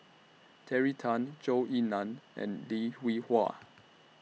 Terry Tan Zhou Ying NAN and Lim Hwee Hua